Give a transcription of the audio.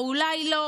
או אולי לא,